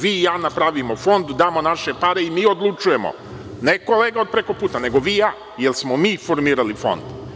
Vi i ja napravimo fond, damo naše pare i mi odlučujemo, ne kolega od preko puta, nego vi i ja, jer smo mi formirali fond.